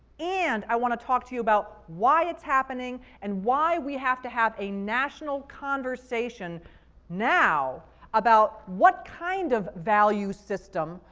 and i want to talk to you about why it's happening, and why we have to have a national conversation now about what kind of value system,